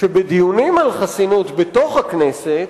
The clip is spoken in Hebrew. שבדיונים על חסינות בתוך הכנסת,